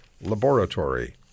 Laboratory